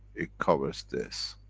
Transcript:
it covers this.